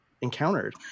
encountered